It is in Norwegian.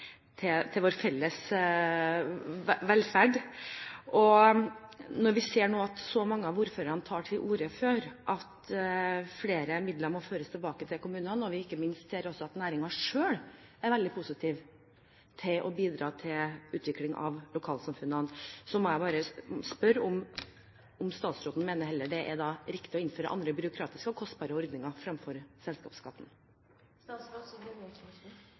så mange av ordførerne tar til orde for at flere midler må føres tilbake til kommunene, og vi ikke minst ser at næringen selv er veldig positiv til å bidra til utvikling av lokalsamfunnene, må jeg bare spørre om statsråden mener det er riktig å innføre andre byråkratiske og kostbare ordninger fremfor